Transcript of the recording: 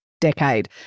decade